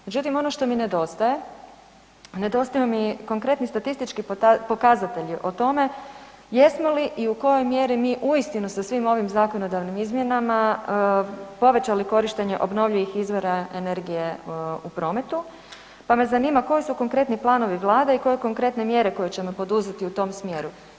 Međutim ono što mi nedostaje, nedostaje mi konkretni statistički pokazatelji o tome jesmo li i u kojoj mjeri mi uistinu sa svim ovim zakonodavnim izmjenama, povećali korištenje obnovljivih izvora energije u prometu, pa me zanima koji su konkretni planovi Vlade, koje konkretne mjere koje ćemo poduzeti u tom smjeru?